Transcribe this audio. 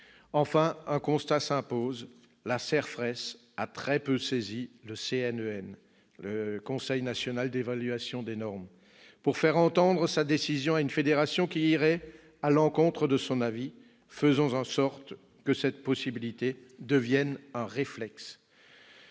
Enfin, un constat s'impose : la CERFRES a très peu saisi le CNEN, le Conseil national d'évaluation des normes, pour faire entendre sa décision à une fédération qui irait à l'encontre de son avis. Faisons-en sorte qu'une telle possibilité devienne un réflexe.